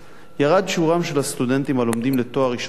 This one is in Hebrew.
ירד שיעורם של הסטודנטים הלומדים לתואר ראשון במדעי